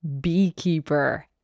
beekeeper